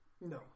No